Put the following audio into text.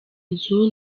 nzu